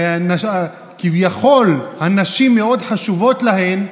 וכביכול הנשים מאוד חשובות להן,